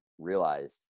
realized